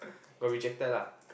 but rejected lah